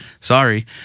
sorry